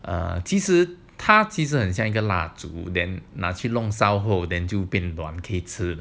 orh 其实他其实很像一个蜡烛 then 拿去烧后 then 就短可以吃的